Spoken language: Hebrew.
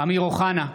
אמיר אוחנה,